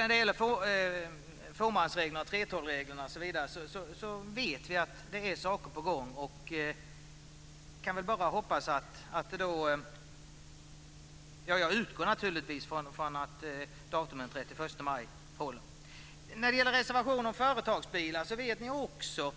När det gäller fåmansreglerna, 3:12-reglerna osv., vet vi att det är saker på gång. Jag utgår naturligtvis från att datumet den 31 maj håller. installationsbilar, vet ni också